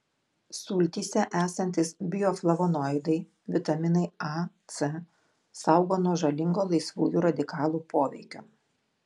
sultyse esantys bioflavonoidai vitaminai a c saugo nuo žalingo laisvųjų radikalų poveikio